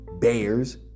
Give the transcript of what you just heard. Bears